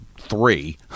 three